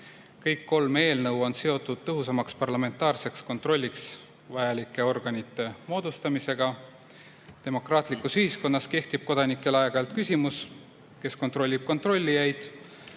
Kõik kolm eelnõu on seotud tõhusamaks parlamentaarseks kontrolliks vajalike organite moodustamisega. Demokraatlikus ühiskonnas tekib kodanikel aeg‑ajalt küsimus, kes kontrollib kontrollijaid.